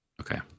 Okay